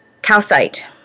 Calcite